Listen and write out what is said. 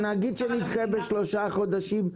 נגיד שנדחה בשלושה חודשים,